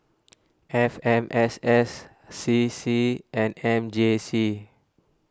F M S S C C and M J C